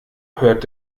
hört